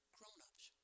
Grown-ups